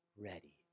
ready